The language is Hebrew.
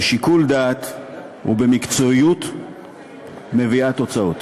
בשיקול דעת ובמקצועיות מביאה תוצאות.